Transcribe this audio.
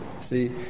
See